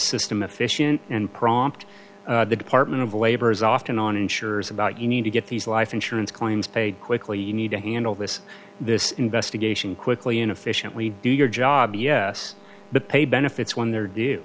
system efficient and prompt the department of labor is often on insurers about you need to get these life insurance claims paid quickly you need to handle this this investigation quickly and efficiently do your job yes but pay benefits when they